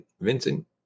Vincent